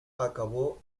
acabó